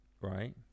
right